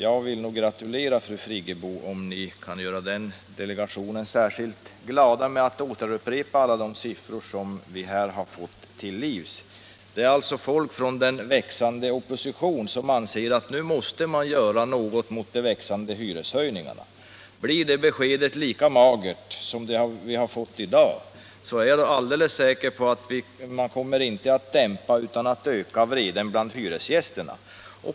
Jag vill nog gratulera fru Friggebo, om ni kan göra den delegationen särskilt glad genom att återupprepa alla de siffror som vi här har fått till livs. Det är folk från en växande opposition som anser att nu måste man göra något mot de ständiga hyreshöjningarna. Blir det besked delegationen får lika magert som det vi fått i dag är jag alldeles säker på att vreden inte kommer att dämpas utan ökas bland hyresgästerna.